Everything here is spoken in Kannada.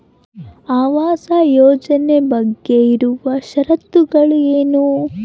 ಆವಾಸ್ ಯೋಜನೆ ಬಗ್ಗೆ ಇರುವ ಶರತ್ತುಗಳು ಏನು?